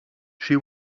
she